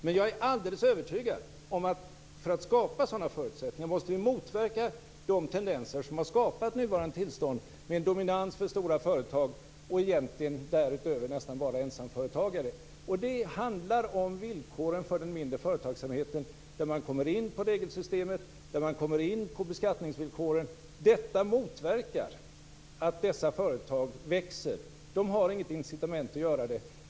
Men jag är alldeles övertygad om att vi för att skapa sådana förutsättningar måste motverka de tendenser som har skapat nuvarande tillstånd, med en dominans för stora företag och därutöver nästan bara ensamföretagare. Det handlar om villkoren för den mindre företagsamheten, där man kommer in på regelsystemet och där man kommer in på beskattningsvillkoren. Dessa motverkar att de här företagen växer. De har inget incitament att göra det.